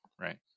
Right